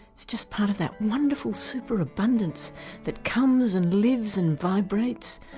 it's just part of that wonderful superabundance that comes and lives and vibrates,